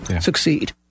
succeed